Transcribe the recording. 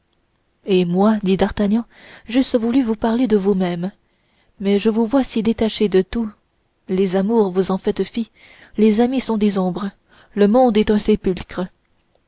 et moi dit d'artagnan j'eusse voulu vous parler de vous-même mais je vous vois si détaché de tout les amours vous en faites fi les amis sont des ombres le monde est un sépulcre